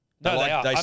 No